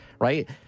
right